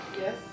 Yes